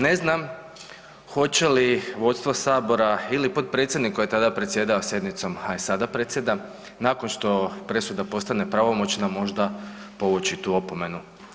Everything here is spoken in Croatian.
Ne znam hoće li vodstvo sabora ili potpredsjednik koji je tada predsjedao sjednicom, a i sada predsjeda nakon što presuda postane pravomoćna možda povući tu opomenu.